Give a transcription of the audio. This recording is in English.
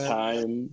time